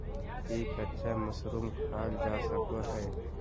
की कच्चा मशरूम खाल जा सको हय?